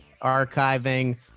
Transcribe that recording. archiving